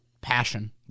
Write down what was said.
passion